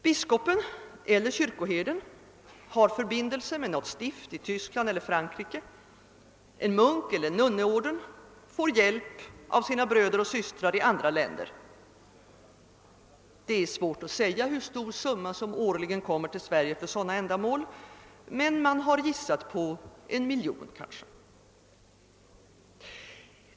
Biskopen eller kyrkoherden har förbindelser med något stift i Tyskland eller Frankrike, eller också får en munkeller nunneorden hjälp av sina bröder och systrar i andra länder. Det är svårt att säga hur stor summa som årligen kommer hit till Sverige för sådana ändamål, men man har gissat på omkring en miljon kronor.